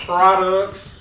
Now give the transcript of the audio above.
Products